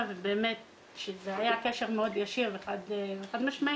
ובאמת זה היה קשר מאוד ישיר וחד משמעי.